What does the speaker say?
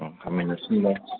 ꯈꯥꯃꯦꯟ ꯑꯁꯤꯟꯕ